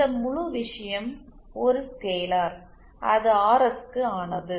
இந்த முழு விஷயம் ஒரு ஸ்கேலார் அது ஆர்எஸ்க்கு ஆனது